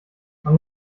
man